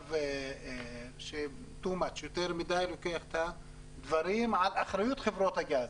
צו שלוקח יותר מדי את הדברים על אחריות חברות הגז.